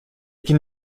can